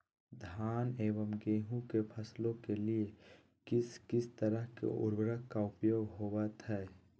धान एवं गेहूं के फसलों के लिए किस किस तरह के उर्वरक का उपयोग होवत है?